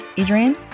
adrian